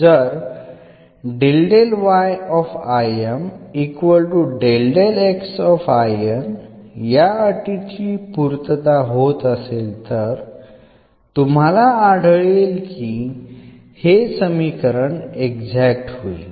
जर या अटीची पूर्तता होत असेल तर तुम्हाला आढळेल की हे समीकरण एक्झॅक्ट होईल